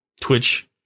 Twitch